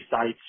sites